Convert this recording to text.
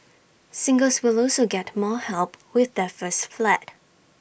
singles will also get more help with their first flat